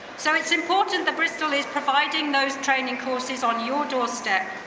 so it's important that bristol is providing those training courses on your doorstep,